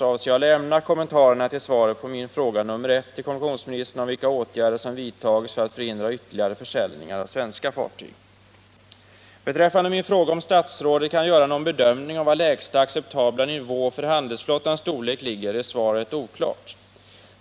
avser jag att lämna kommentarerna till svaret på min första fråga till kommunikationsministern om vilka åtgärder som vidtagits för att förhindra ytterligare försäljningar av svenska fartyg. Beträffande min fråga om huruvida statsrådet kan göra någon bedömning av var lägsta acceptabla nivå för handelsflottans storlek ligger så är svaret något oklart.